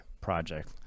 project